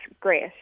great